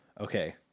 Okay